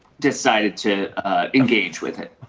decided to engage with it.